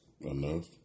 Enough